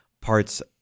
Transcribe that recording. parts